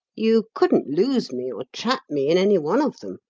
you couldn't lose me or trap me in any one of them.